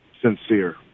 sincere